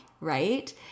right